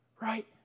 Right